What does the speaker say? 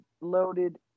loaded